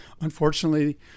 unfortunately